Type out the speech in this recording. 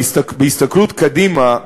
בהסתכלות קדימה,